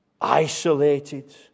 isolated